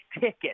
ticket